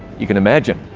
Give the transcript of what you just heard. you can imagine.